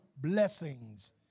blessings